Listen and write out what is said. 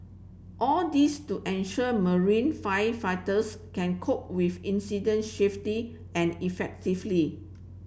all this to ensure marine firefighters can cope with incident swiftly and effectively